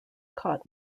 caught